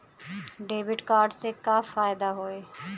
Debit card से का फायदा होई?